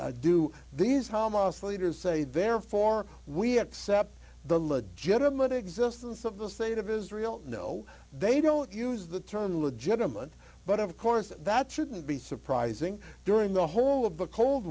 out do these hamas leaders say therefore we accept the legitimate existence of the state of israel no they don't use the term legitimate but of course that shouldn't be surprising during the whole of the cold